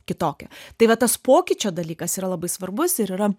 kitokia tai va tas pokyčio dalykas yra labai svarbus ir yra